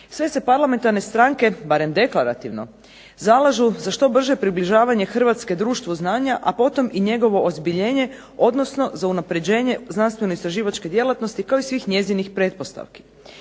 Sve se parlamentarne stranke, barem deklarativno zalažu za što brže približavanje Hrvatske društvu znanja, a potom i njegovo ozbiljenje, odnosno za unapređenje znanstvenoistraživačke djelatnosti, kao i svih njezinih pretpostavki.